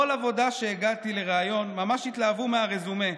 בכל עבודה כשהגעתי לריאיון ממש התלהבו מהרזומה,